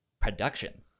production